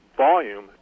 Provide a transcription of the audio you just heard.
volume